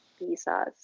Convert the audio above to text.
visas